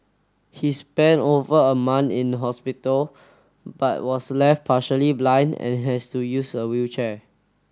he spent over a month in hospital but was left partially blind and has to use a wheelchair